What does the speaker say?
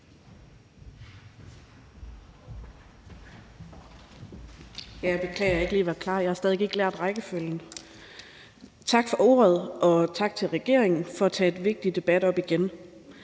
Tak for ordet, og tak til regeringen for at tage et vigtigt emne op igen.